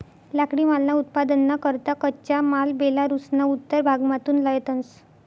लाकडीमालना उत्पादनना करता कच्चा माल बेलारुसना उत्तर भागमाथून लयतंस